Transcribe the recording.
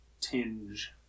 tinge